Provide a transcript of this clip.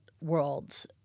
worlds